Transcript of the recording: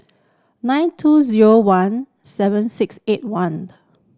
nine two zero one seven six eight one